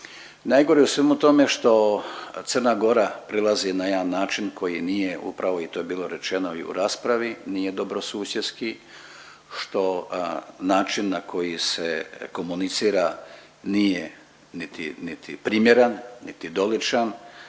Najgore u svemu tome što Crna Gora prilazi na jedan način koji nije upravo i to je bilo rečeno i u raspravi nije dobrosusjedski, što način na koji se komunicira nije niti niti primjeren, niti doličan